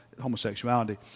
homosexuality